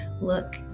look